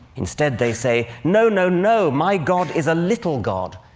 instead they say, no, no, no! my god is a little god,